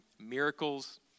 miracles